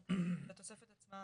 אבל התוספת עצמה